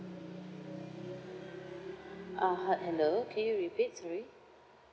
uh h~ hello can you repeat sorry